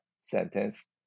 sentence